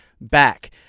Back